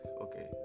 okay